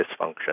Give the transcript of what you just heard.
dysfunction